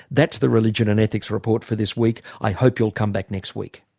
that's the religion and ethics report for this week. i hope you'll come back next week